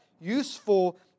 useful